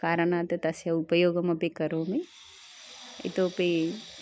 कारणात् तस्य उपयोगमपि करोमि इतोऽपि